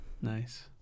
Nice